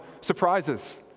surprises